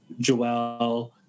Joelle